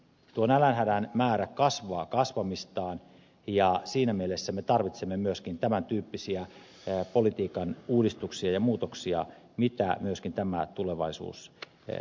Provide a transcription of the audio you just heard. tuo nälänhädän määrä kasvaa kasvamistaan ja siinä mielessä me tarvitsemme myöskin tämän tyyppisiä politiikan uudistuksia ja muutoksia mitä myöskin tämä tulevaisuusselonteko sisällään pitää